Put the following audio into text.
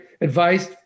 advice